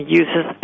uses